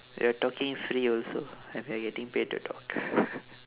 we're talking free also and we're getting paid to talk